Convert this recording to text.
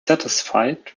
satisfied